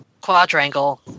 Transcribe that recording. quadrangle